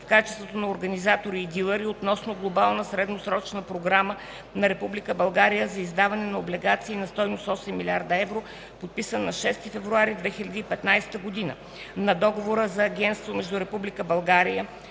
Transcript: в качеството на Организатори и Дилъри относно Глобална средносрочна програма на Република България за издаване на облигации на стойност 8 млрд. евро, подписан на 6 февруари 2015 г., на Договора за агентство между